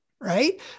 right